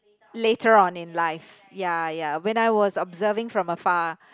later on in life ya ya when I was observing from the far